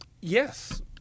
Yes